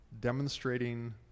demonstrating